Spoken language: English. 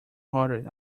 hearted